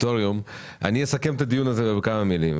אני אסכם את הדיון הזה בכמה מילים.